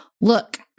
look